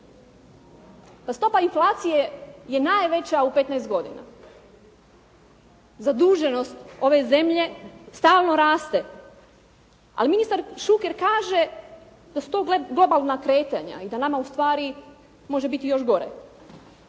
A stopa inflacije je najveća u 15 godina. Zaduženost ove zemlje stalno raste, ali ministar Šuker kaže da su to globalna kretanja i da nama ustvari može biti još gore.